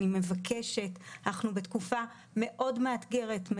אני מבקשת, אנחנו בתקופה מאתגרת מאוד.